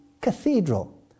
cathedral